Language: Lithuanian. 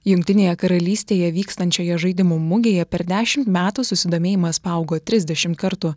jungtinėje karalystėje vykstančioje žaidimų mugėje per dešimt metų susidomėjimas paaugo trisdešimt kartų